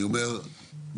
אני לא רוצה